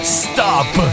stop